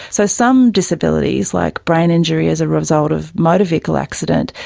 so some disabilities, like brain injury as a result of motor vehicle accident,